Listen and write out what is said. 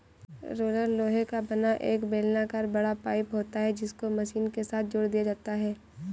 roller लोहे का बना एक बेलनाकर बड़ा पाइप होता है जिसको मशीन के साथ जोड़ दिया जाता है